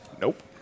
nope